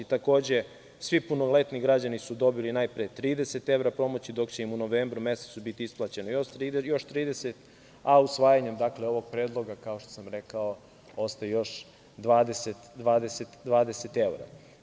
Takođe, svi punoletni građani su dobili najpre 30 evra pomoći, dok će im u novembru mesecu biti isplaćeno još 30, a usvajanjem ovog predloga, kao što sam rekao, ostaje još 20 evra.